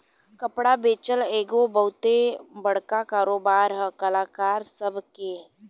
कपड़ा बेचल एगो बहुते बड़का कारोबार है कलाकार सभ के